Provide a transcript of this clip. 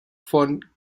von